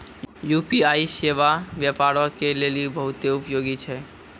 UPI सेबा व्यापारो के लेली बहुते उपयोगी छै